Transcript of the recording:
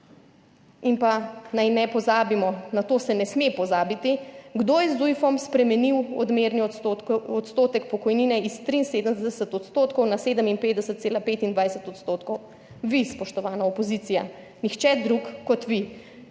In pa naj ne pozabimo, na to se ne sme pozabiti – kdo je z Zujfom spremenil odmerni odstotek pokojnine iz 73 odstotkov na 57,25 odstotkov? Vi, spoštovana opozicija. Nihče drug kot vi.